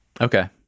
Okay